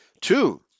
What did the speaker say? Two